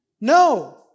No